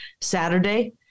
saturday